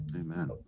amen